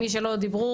מי שלא דיברנו,